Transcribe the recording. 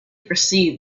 perceived